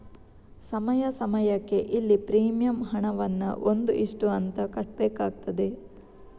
ಸಮಯ ಸಮಯಕ್ಕೆ ಇಲ್ಲಿ ಪ್ರೀಮಿಯಂ ಹಣವನ್ನ ಒಂದು ಇಷ್ಟು ಅಂತ ಕಟ್ಬೇಕಾಗ್ತದೆ